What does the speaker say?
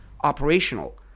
operational